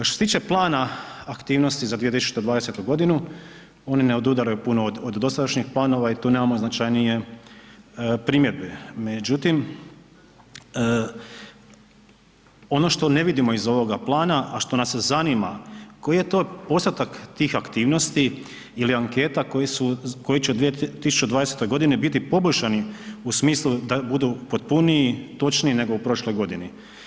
Što se tiče plana aktivnosti za 2020. g. oni ne odudaraju puno od dosadašnjih planova i tu nemamo značajnije primjedbe, međutim, ono što ne vidimo iz ovoga plana, a što nas zanima koji je to postotak tih aktivnosti ili anketa koja će u 2020. g. biti poboljšani u smislu da budu potpuniji, točniji nego u prošloj godini.